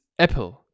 Apple